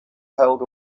held